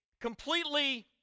completely